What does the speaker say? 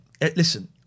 listen